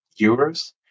euros